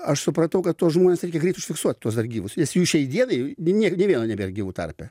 aš supratau kad tuos žmones reikia greit užfiksuot tuos dar gyvus nes jų šiai dienai nėr nė vieno nebėr gyvų tarpe